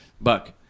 Buck